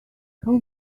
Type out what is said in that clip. how